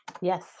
Yes